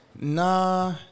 Nah